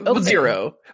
zero